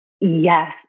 yes